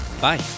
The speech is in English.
Bye